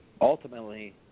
Ultimately